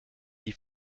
die